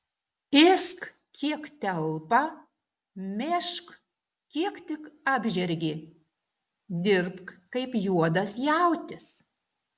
ėsk kiek telpa mėžk kiek tik apžergi dirbk kaip juodas jautis